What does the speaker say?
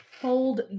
hold